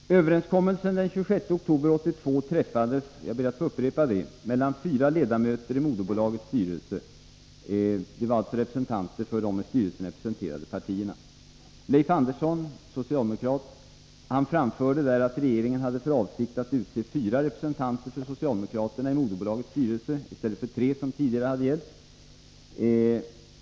Herr talman! Överenskommelsen den 26 oktober 1982 träffades — jag ber att få upprepa det — mellan fyra ledamöter i moderbolagets styrelse. Det var alltså representanter för de i styrelsen representerade partierna. Leif Andersson, socialdemokrat, framförde att regeringen hade för avsikt att utse fyra representanter för socialdemokraterna i moderbolagets styrelse i stället för tre — det tidigare antalet.